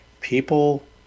people